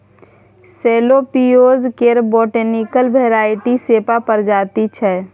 सैलोट पिओज केर botanical variety सेपा प्रजाति छै